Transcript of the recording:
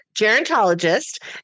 gerontologist